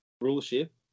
Rulership